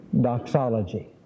doxology